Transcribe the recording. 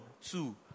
two